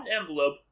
envelope